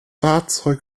fahrzeug